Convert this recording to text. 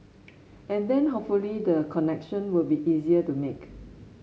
and then hopefully the connection will be easier to make